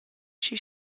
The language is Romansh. schi